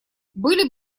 были